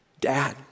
dad